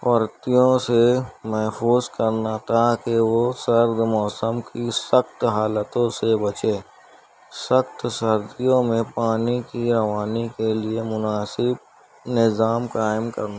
پرتیوں سے محفوظ کرنا تاکہ وہ سرد موسم کی سخت حالتوں سے بچے سخت سردیوں میں پانی کی روانی کے لیے مناسب نظام قائم کرنا